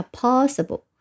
possible